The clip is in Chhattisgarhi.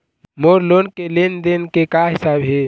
मोर लोन के लेन देन के का हिसाब हे?